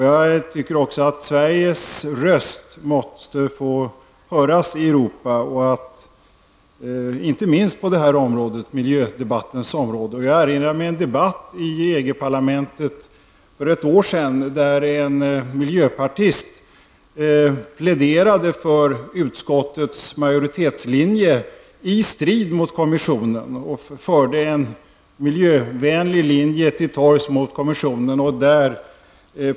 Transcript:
Jag tycker också att Sveriges röst måste få höras i Europa, inte minst på miljödebattens område. Jag erinrar mig en debatt i EG-parlamentet för ett år sedan där en miljöpartist pläderade för utskottets majoritetslinje i strid mot kommissionen. Miljöpartisten förde en miljövänlig linje till torgs mot kommissionen.